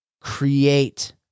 create